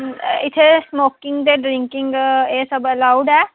इत्थे स्मोकिंग ते ड्रींकिंग एह् सब अलाउड ऐ